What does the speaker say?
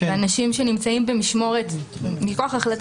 באנשים שנמצאים במשמורת מכוח החלטה